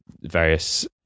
various